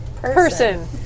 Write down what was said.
person